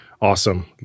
awesome